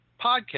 podcast